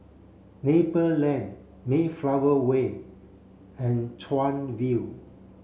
Maple Lane Mayflower Way and Chuan View